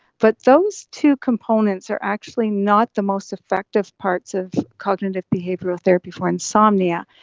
but those two components are actually not the most effective parts of cognitive behavioural therapy for insomnia.